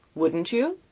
wouldn't you?